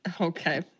okay